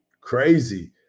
crazy